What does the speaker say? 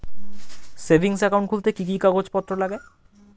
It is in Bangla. সেভিংস একাউন্ট খুলতে কি কি কাগজপত্র লাগে?